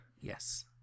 Yes